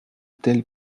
telle